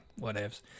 whatevs